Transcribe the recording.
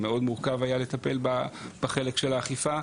זה מאוד מורכב היה לטפל בחלק של האכיפה,